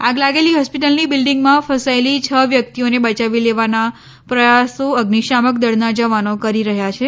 આગ લાગેલી હોસ્પીટલની બિંલ્ડીંગમાં ફસાયેલી છ વ્યકિતઓને બચાવી લેવાનાં પ્રયાસો અઝિશામક દળનાં જવાનો કરી રહ્યા છે